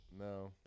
No